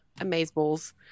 amazeballs